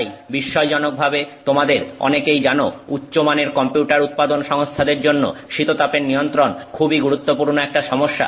তাই বিস্ময়জনকভাবে তোমাদের অনেকেই জানো উচ্চমানের কম্পিউটার উৎপাদন সংস্থাদের জন্য শীততাপের নিয়ন্ত্রণ খুবই গুরুত্বপূর্ণ একটা সমস্যা